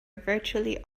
virtually